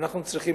ואנחנו צריכים,